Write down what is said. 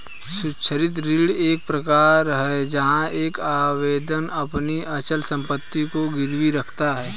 सुरक्षित ऋण एक प्रकार है जहां एक आवेदक अपनी अचल संपत्ति को गिरवी रखता है